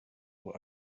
were